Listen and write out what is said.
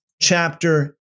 chapter